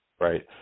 right